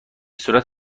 صورت